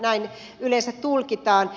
näin yleensä tulkitaan